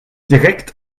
direkt